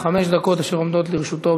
חמש דקות, אשר עומדות לרשותו.